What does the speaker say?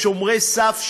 שומרי סף,